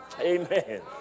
Amen